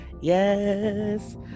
Yes